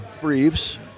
Briefs